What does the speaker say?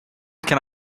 can